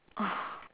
oh